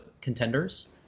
contenders